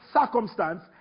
circumstance